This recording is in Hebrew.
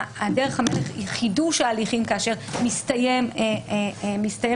דרך המלך היא חידוש ההליכים כאשר מסתיימת המגבלה